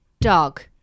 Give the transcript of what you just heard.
dog